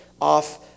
off